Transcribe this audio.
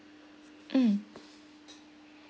mm